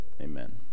amen